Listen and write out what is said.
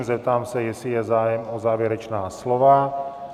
Zeptám se, jestli je zájem o závěrečná slova.